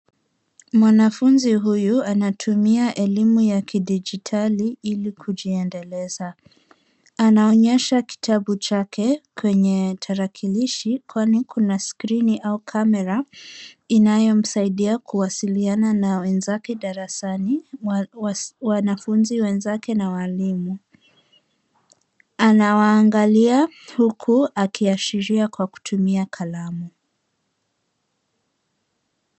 Mwanafunzi huyu anatumia elimu ya kidijitali ili kujiendeleza. Anaonyesha kitabu chake kwenye tarakilishi kwani kuna skrini au kamera inayomsaidia kuwasiliana na wenzake darasani, wanafunzi wenzake na walimu. Anawaangalia huku akiashiria kwa kutumia kalamu.